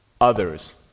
Others